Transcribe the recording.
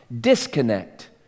disconnect